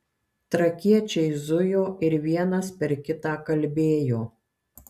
trakiečiai zujo ir vienas per kitą kalbėjo